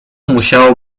musiało